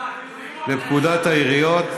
לפקודת העיריות,